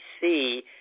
see